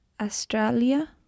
Australia